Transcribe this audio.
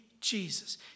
Jesus